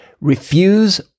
Refuse